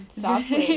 softly